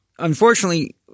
unfortunately